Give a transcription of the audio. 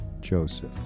joseph